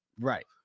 right